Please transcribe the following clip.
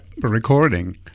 recording